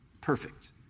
perfect